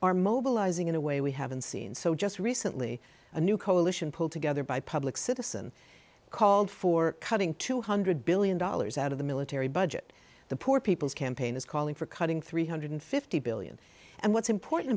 mobilizing in a way we haven't seen so just recently a new coalition pulled together by public citizen called for cutting two hundred one billion dollars out of the military budget the poor people's campaign is calling for cutting three hundred and fifty billion dollars and what's important